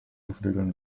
geflügelten